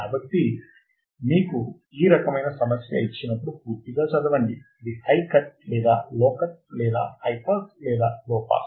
కాబట్టి మీకు ఈ రకమైన సమస్య ఇచ్చినప్పుడు పూర్తిగా చదవండి ఇది హై కట్ లేదా లో కట్ లేదా హై పాస్ లేదా లో పాస్